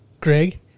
Greg